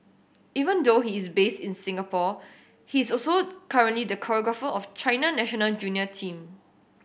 even though he is based in Singapore he is also currently the choreographer of China national junior team